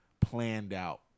planned-out